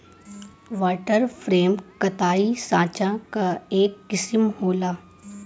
water frame कताई साँचा क एक किसिम होला